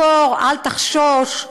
דקור, אל תחשוש".